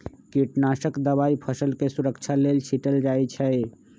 कीटनाशक दवाई फसलके सुरक्षा लेल छीटल जाइ छै